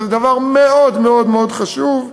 זה דבר מאוד מאוד מאוד חשוב,